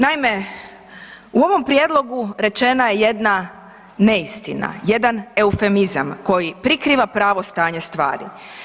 Naime, u ovom prijedlogu rečena je jedna neistina jedan eufemizam koji prikriva pravo stanje stvari.